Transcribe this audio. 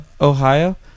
Ohio